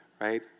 right